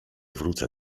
wrócę